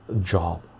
job